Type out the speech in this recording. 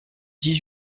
dix